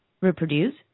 reproduce